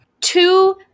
two